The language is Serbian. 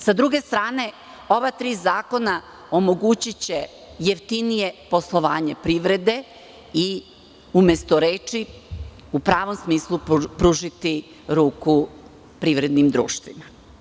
S druge strane, ova tri zakona omogućiće jeftinije poslovanje privrede i, umesto reči, u pravom smislu pružiti ruku privrednim društvima.